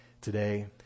today